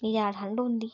नेईं ज्यादा ठंड होंदी